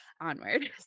onward